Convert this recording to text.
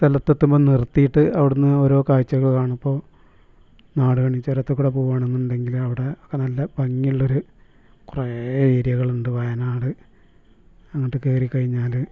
സലത്തെത്തുമ്പോൾ നിർത്തിയിട്ട് അവിടെനിന്ന് ഓരോ കാഴ്ചകൾ കാണും ഇപ്പോൾ നാടുകാണി ചുരത്തിൽക്കൂടെ പോവുകയാണ് എന്നുണ്ടെങ്കിൽ അവിടെ ഒക്കെ നല്ല ഭംഗിയുള്ള ഒരു കുറേ ഏരിയകളുണ്ട് വയനാട് അങ്ങോട്ട് കയറിക്കഴിഞ്ഞാൽ